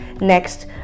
Next